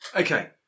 Okay